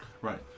right